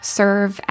serve